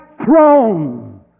throne